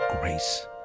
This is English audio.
grace